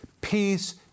peace